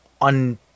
un